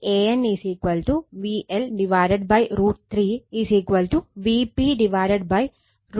Van VL √ 3 Vp √ √3 angle 30o